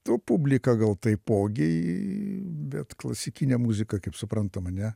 to publika gal taipogi bet klasikinę muziką kaip suprantam ane